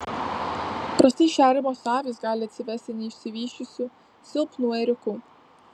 prastai šeriamos avys gali atsivesti neišsivysčiusių silpnų ėriukų